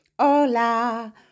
hola